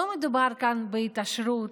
לא מדובר כאן בהתעשרות,